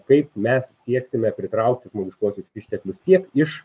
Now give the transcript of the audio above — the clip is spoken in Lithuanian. kaip mes sieksime pritraukti žmogiškuosius išteklius tiek iš